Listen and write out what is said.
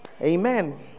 Amen